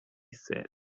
said